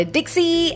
Dixie